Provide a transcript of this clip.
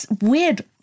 weird